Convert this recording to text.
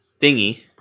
Thingy